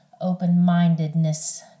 Open-mindedness